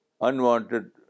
Unwanted